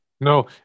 No